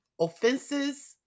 offenses